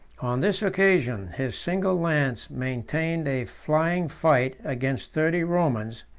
on this occasion, his single lance maintained a flying fight against thirty romans,